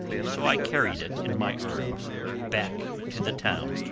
so i carried it in my arms back to the town.